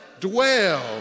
dwell